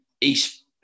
East